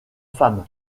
femme